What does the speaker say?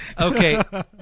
Okay